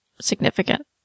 significant